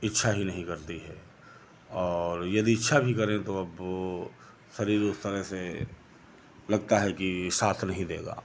इच्छा ही नहीं करती है और यदि इच्छा भी करें तो अब वो शरीर उस तरह से लगता है कि साथ नहीं देगा